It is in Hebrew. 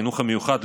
החינוך המיוחד,